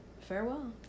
farewell